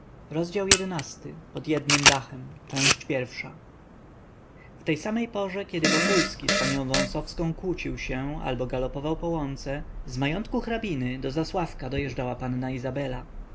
którą wokulski ucałował szeroko otwierając oczy ze zdziwienia w tej samej porze kiedy wokulski z panią wąsowską kłócił się albo galopował po łące z majątku hrabiny do zasławka dojeżdżała panna izabela